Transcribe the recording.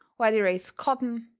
where they raise cotton,